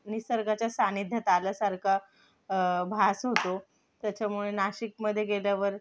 निसर्गाच्या सान्निध्यात आल्यासारखा भास होतो त्याच्यामुळे नाशिकमध्ये गेल्यावर